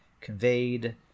conveyed